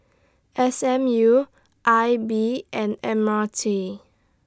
S M U I B and M R T